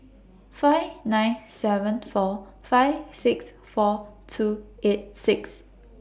five nine seven four five six four two eight six